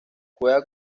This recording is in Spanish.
juega